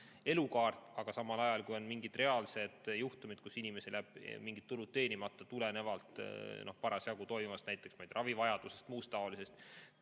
elukaart, aga samal ajal, kui on mingid reaalsed juhtumid, kus inimesel jäävad mingid tulud teenimata tulenevalt parasjagu toimuvast, näiteks ravivajadusest, muust taolisest,